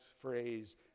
phrase